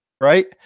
Right